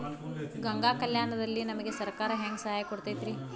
ಗಂಗಾ ಕಲ್ಯಾಣ ದಲ್ಲಿ ನಮಗೆ ಸರಕಾರ ಹೆಂಗ್ ಸಹಾಯ ಕೊಡುತೈತ್ರಿ?